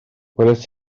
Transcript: gwelais